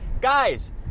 Guys